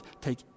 take